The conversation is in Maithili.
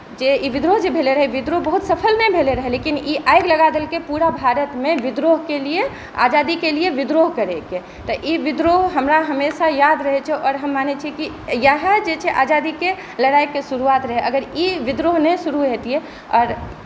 जे ई विद्रोह भेलै रहै विद्रोह बहुत सफल नहि भेलै रहय लेकिन ई आगि लगा देलकै पुरा भारतमे विद्रोहके लिए आजादी केँ लिए विद्रोह करैकेँ तऽ ई विद्रोह हमरा हमेशा याद रहै छै आओर हम मानै छी कि इएहे जे छै आजादीकेँ लड़ाइकेँ शुरुआत रहै ई विद्रोह नहि शुरु हेतियै आओर